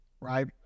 right